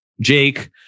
Jake